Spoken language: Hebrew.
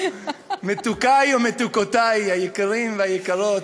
מתוקי ומתוקותי היקרים והיקרות,